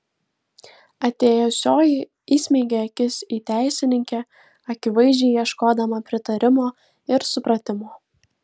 atėjusioji įsmeigė akis į teisininkę akivaizdžiai ieškodama pritarimo ir supratimo